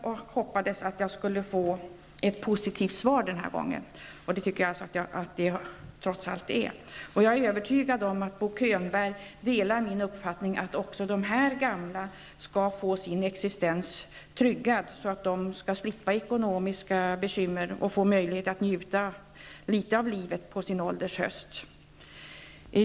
Jag hoppades att jag skulle få ett positivt svar denna gång. Det tycker jag att jag trots allt har fått. Jag är övertygad om att Bo Könberg delar min uppfattning att även dessa gamla skall få sin existens tryggad så att de slipper ekonomiska bekymmer och får möjlighet att njuta litet av livet på sin ålders höst.